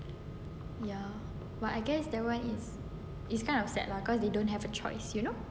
ya but I guess that [one] is it's kind of sad lah cause they don't have a choice you know